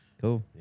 cool